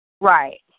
Right